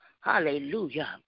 hallelujah